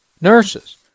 nurses